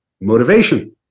motivation